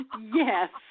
Yes